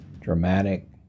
dramatic